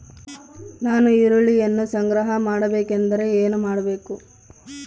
ನಾನು ಈರುಳ್ಳಿಯನ್ನು ಸಂಗ್ರಹ ಮಾಡಬೇಕೆಂದರೆ ಏನು ಮಾಡಬೇಕು?